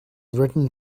written